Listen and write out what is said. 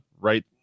Right